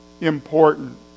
important